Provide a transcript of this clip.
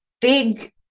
big